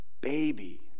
baby